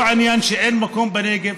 העניין הוא לא שאין מקום בנגב,